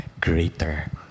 greater